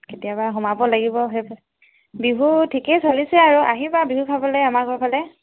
কেতিয়াবা সোমাব লাগিব সেইফালে বিহু ঠিকে চলিছে আৰু আহিবা বিহু খাবলৈ আমাৰ ঘৰৰ ফালে